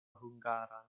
hungaran